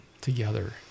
together